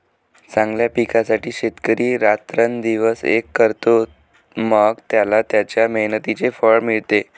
चांगल्या पिकासाठी शेतकरी रात्रंदिवस एक करतो, मग त्याला त्याच्या मेहनतीचे फळ मिळते